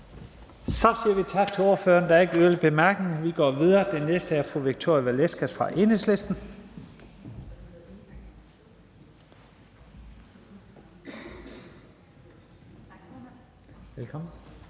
Så siger vi tak til ordføreren. Der er ikke flere korte bemærkninger. Vi går videre, og den næste ordførere er fru Victoria Velasquez fra Enhedslisten.